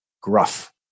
gruff